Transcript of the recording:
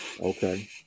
Okay